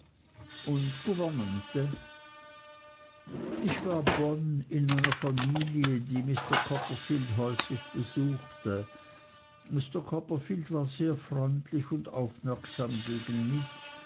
und gouvernante ich war bonne in einer familie die mr copperfield häufig besuchte mr copperfield war sehr freundlich und aufmerksam gegen mich